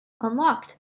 unlocked